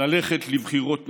ללכת לבחירות נוספות.